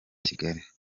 kigali